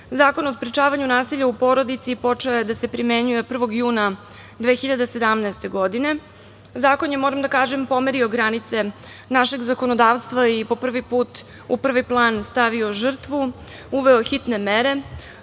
o sprečavanju nasilja u porodici počeo je da se primenjuje 1. juna 2017. godine. Zakon je, moram da kažem, pomerio granice našeg zakonodavstva i po prvi put u prvi plan stavio žrtvu, uveo hitne mere,